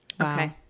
Okay